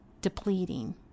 depleting